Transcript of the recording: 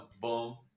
boom